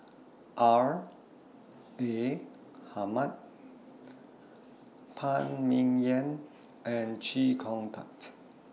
R A Hamid Phan Ming Yen and Chee Kong Tet